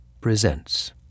presents